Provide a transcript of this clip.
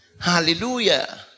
Hallelujah